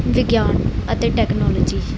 ਵਿਗਿਆਨ ਅਤੇ ਟੈਕਨੋਲੋਜੀ